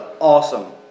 awesome